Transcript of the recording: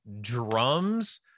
drums